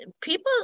people